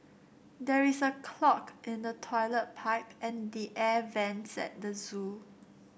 there is a clog in the toilet pipe and the air vents at the zoo